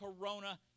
Corona